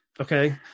okay